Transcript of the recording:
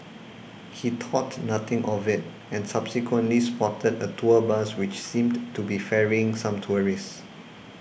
he thought nothing of it and subsequently spotted a tour bus which seemed to be ferrying some tourists